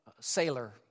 sailor